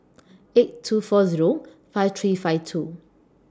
eight two four Zero five three five two